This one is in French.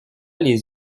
les